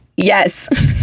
yes